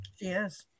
Yes